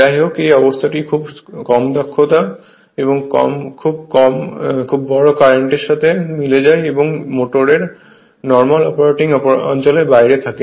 যাইহোক এই অবস্থাটি খুব কম দক্ষতা এবং খুব বড় কারেন্টের সাথে মিলে যায় এবং এটি মোটরের নর্মাল অপারেটিং অঞ্চলের বাইরে থাকে